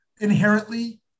inherently